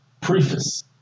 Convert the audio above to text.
Preface